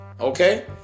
okay